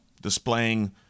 displaying